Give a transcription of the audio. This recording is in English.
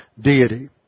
deity